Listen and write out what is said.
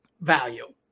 value